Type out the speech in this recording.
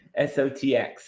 SOTX